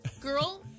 girl